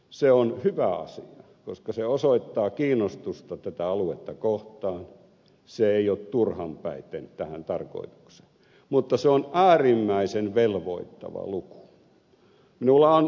se on hyvä asia koska se osoittaa kiinnostusta tätä aluetta kohtaan se ei ole turhanpäiten tähän tarkoitukseen mutta se on äärimmäisen velvoittava luku